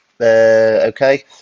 okay